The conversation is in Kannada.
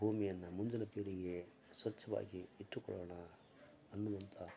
ಭೂಮಿಯನ್ನು ಮುಂದಿನ ಪೀಳಿಗೆಗೆ ಸ್ವಚ್ಛವಾಗಿ ಇಟ್ಟುಕೊಳ್ಳೋಣ ಅನ್ನುವಂಥ